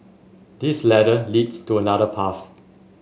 this ladder leads to another path